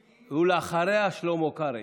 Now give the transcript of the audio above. ואחריה, שלמה קרעי.